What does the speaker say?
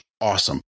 awesome